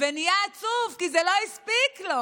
ונהיה עצוב כי זה לא הספיק לו,